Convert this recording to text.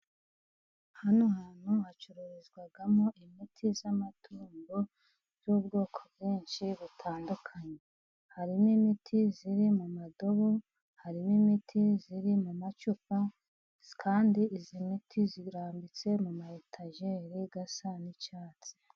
Hano hantu hacururizwamo imiti y'amatungo y'ubwoko bwinshi butandukanye:hari n'imiti iri mu madobo, harimo imiti iri mu macupa kandi iyi miti irambitse mu ma etageri asa n'icyatsi.